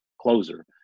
closer